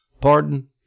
pardon